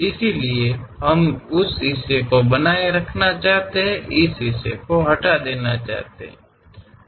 इसलिए हम उस हिस्से को बनाए रखना चाहते हैं इस हिस्से को हटा दें